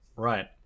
Right